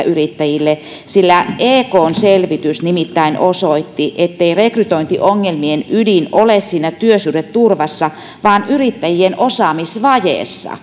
yrittäjille ekn selvitys nimittäin osoitti ettei rekrytointiongelmien ydin ole siinä työsuhdeturvassa vaan yrittäjien osaamisvajeessa